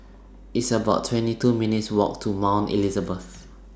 It's about twenty two minutes' Walk to Mount Elizabeth